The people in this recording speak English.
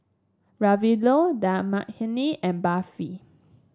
Ravioli Dal Makhani and Barfi